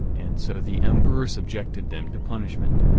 and so the emperor subjected them to punishment.